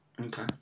Okay